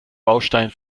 baustein